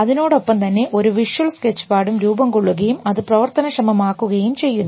അതിനോടൊപ്പം തന്നെ ഒരു വിഷ്വൽ സ്കെച്ച് പാടും രൂപംകൊള്ളുകയും അത് പ്രവർത്തനക്ഷമമാക്കുകയും ചെയ്യുന്നു